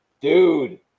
Dude